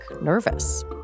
nervous